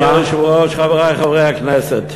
אדוני היושב-ראש, חברי חברי הכנסת,